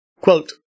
Quote